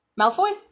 Malfoy